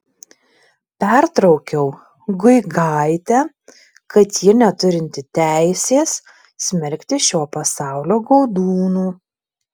pertraukiau guigaitę kad ji neturinti teisės smerkti šio pasaulio godūnų